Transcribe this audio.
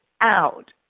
out